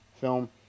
film